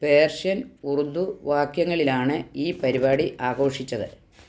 Persian Urdu വാക്യങ്ങളിലാണ് ഈ പരിപാടി ആഘോഷിച്ചത്